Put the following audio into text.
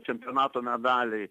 čempionato medaliai